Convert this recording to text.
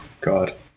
god